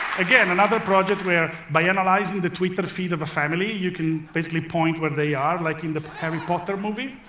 again, another project where, by analyzing the twitter feed of a family, you can basically point where they are, like in the harry potter movie.